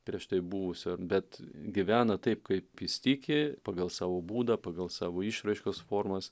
prieš tai buvusio bet gyvena taip kaip jis tiki pagal savo būdą pagal savo išraiškos formas